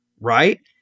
right